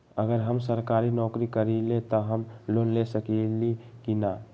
अगर हम सरकारी नौकरी करईले त हम लोन ले सकेली की न?